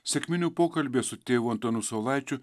sekminių pokalbyje su tėvu antanu saulaičiu